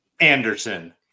Anderson